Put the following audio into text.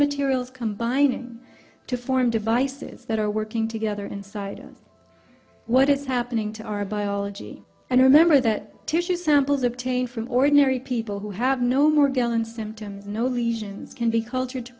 materials combining to form devices that are working together inside of what is happening to our biology and remember that tissue samples obtained from ordinary people who have no morgellons symptoms no lesions can be cultured to